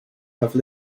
have